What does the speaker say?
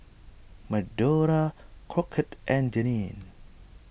Medora Crockett and Jeanie